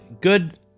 good